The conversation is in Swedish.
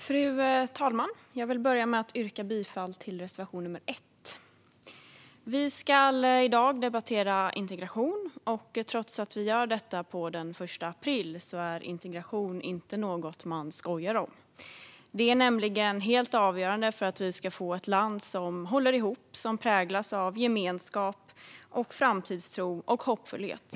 Fru talman! Jag vill börja med att yrka bifall till reservation nr 1. Vi ska i dag debattera integration, och trots att vi gör det den 1 april är integration inget att skoja om. Det är helt avgörande för att vi ska få ett land som håller ihop och som präglas av gemenskap, framtidstro och hoppfullhet.